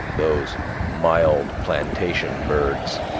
those mild plantation birds,